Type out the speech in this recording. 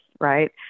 Right